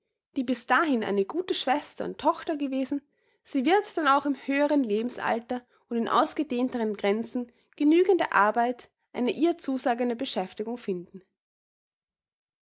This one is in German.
die bis dahin eine gute schwester und tochter gewesen sie wird dann auch im höheren lebensalter und in ausgedehnteren gränzen genügende arbeit eine ihr zusagende beschäftigung finden